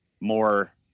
more